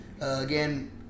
again